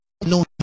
no